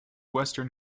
western